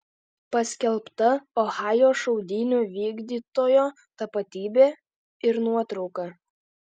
paskelbta ohajo šaudynių vykdytojo tapatybė ir nuotrauka